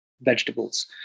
vegetables